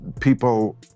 people